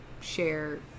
share